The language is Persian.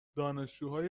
دانشجوهای